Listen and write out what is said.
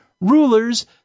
rulers